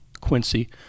Quincy